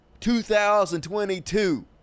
2022